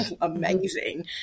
amazing